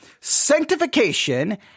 Sanctification